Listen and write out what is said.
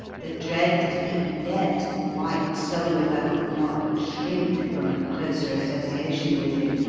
the dread that even yet the white soul of her could not but shrink from a closer association with him,